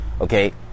okay